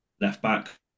left-back